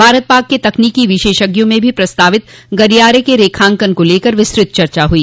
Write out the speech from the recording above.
भारत पाक के तकनीकी विशेषज्ञों में भी प्रस्ताावित गलियारे के रेखांकन को लेकर विस्तृत चर्चा हुई